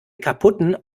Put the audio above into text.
kaputten